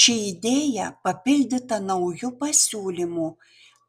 ši idėja papildyta nauju pasiūlymu